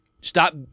stop